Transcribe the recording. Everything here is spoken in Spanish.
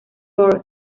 core